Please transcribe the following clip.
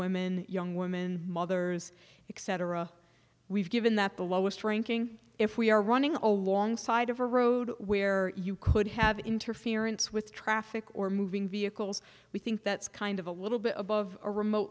women young women mothers except we've given that the lowest ranking if we are running alongside of a road where you could have interference with traffic or moving vehicles we think that's kind of a little bit above a remote